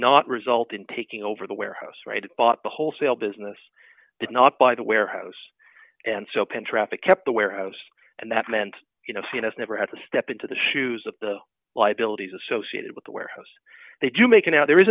not result in taking over the warehouse right bought the wholesale business did not buy the warehouse and soap and traffic kept the warehouse and that meant you know he has never had to step into the shoes of the liabilities associated with the warehouse they do making out there is